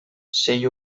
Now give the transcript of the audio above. sei